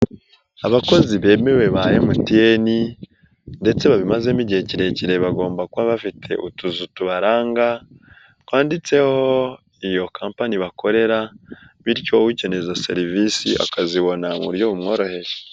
Abakozi bemewe ba MTN ndetse babimazemo igihe kirekire bagomba kuba bafite utuzu tubaranga, twanditseho iyo kampani bakorera bityo ukeneyeza serivisi akazibona muburyo bumworoheye.